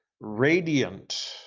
radiant